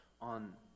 on